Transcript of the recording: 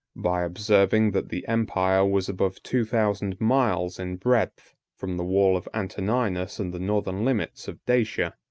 by observing that the empire was above two thousand miles in breadth, from the wall of antoninus and the northern limits of dacia,